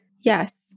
Yes